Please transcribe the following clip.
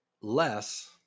less